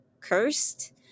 cursed